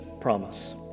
promise